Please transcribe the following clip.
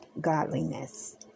Godliness